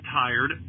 tired